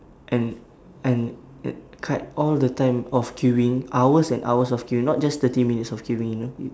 and and cut all the time of queuing hours and hours of queuing not just thirty minutes of queuing you know